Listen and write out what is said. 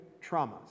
traumas